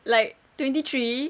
like twenty three